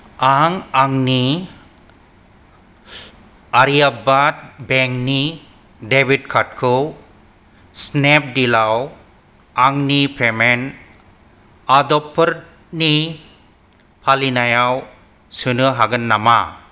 आं आंनि आर्याबात बेंकनि डेबिट कार्डखौ स्नेपडिलाव आंनि पेमेन्ट आदबफोरनि फारिलाइयाव सोनो हागोन नामा